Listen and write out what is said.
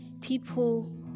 People